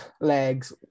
legs